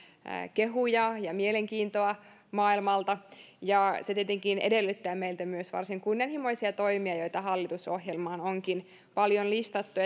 kehuja ja mielenkiintoa maailmalta ja se tietenkin edellyttää meiltä myös varsin kunnianhimoisia toimia joita hallitusohjelmaan onkin paljon listattu